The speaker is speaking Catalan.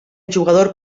jugador